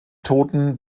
toten